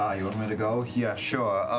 ah you want me to go? yeah, sure.